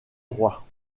roi